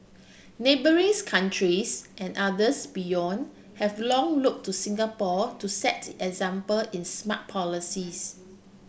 neighbouring countries and others beyond have long look to Singapore to set the example in smart policies